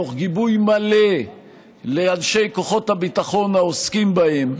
תוך גיבוי מלא לאנשי כוחות הביטחון העוסקים בהם,